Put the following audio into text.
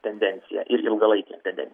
tendencija ir ilgalaikė tenden